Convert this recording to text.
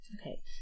Okay